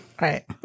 Right